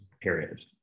period